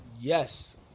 Yes